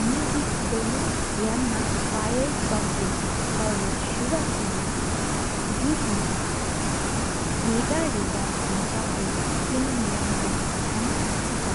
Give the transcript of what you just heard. མེ་གུ་ཁུལོ་ཡ་ན་ཕི༹རེ་ཏྲུཅཀ་གི་ཀོར་ལོ། སུབ༹་ཆེ་ན་དི་དེ་གི་རེགང་རེགང། ནགཆ་གི་ཀིམ་ཡན་ཁན་ཆིཀ།